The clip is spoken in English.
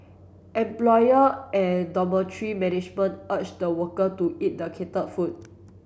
employer and dormitory management urge the worker to eat the catered food